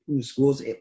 schools